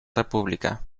república